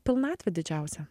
pilnatvę didžiausią